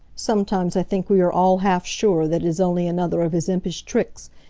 sometimes i think we are all half sure that it is only another of his impish tricks,